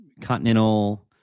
continental